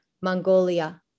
Mongolia